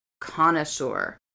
connoisseur